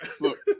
Look